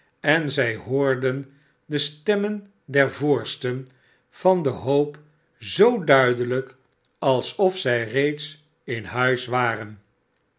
en zij hoorden de stemmen der voorsten van den hoop zoo duidelijk alsof zij reeds in huis waren